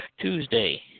Tuesday